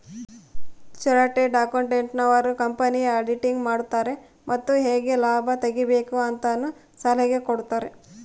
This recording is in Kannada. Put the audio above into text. ಚಾರ್ಟೆಡ್ ಅಕೌಂಟೆಂಟ್ ನವರು ಕಂಪನಿಯ ಆಡಿಟಿಂಗ್ ಮಾಡುತಾರೆ ಮತ್ತು ಹೇಗೆ ಲಾಭ ತೆಗಿಬೇಕು ಅಂತನು ಸಲಹೆ ಕೊಡುತಾರೆ